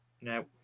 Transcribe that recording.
no